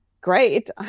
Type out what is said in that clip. great